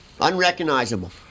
Unrecognizable